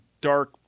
dark